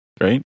Right